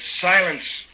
silence